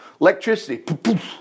Electricity